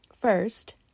First